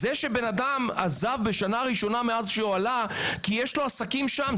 זה שבן אדם עזב בשנה הראשונה מאז שהוא עלה כי יש לו עסקים שם,